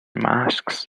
masks